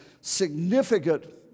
significant